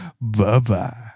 Bye-bye